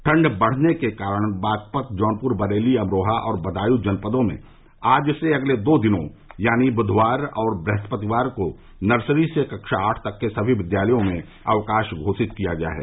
ठंड बढ़ने के कारण बागपत जौनपुर बरेली अमरोहा और बदायूं जनपदों में आज से अगले दो दिनों यानी बुधवार और बुहस्पतिवार को नर्सरी से कक्षा आठ तक के सभी विद्यालयों में अवकाश घोषित किया गया है